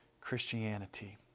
Christianity